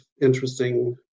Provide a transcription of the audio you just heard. interesting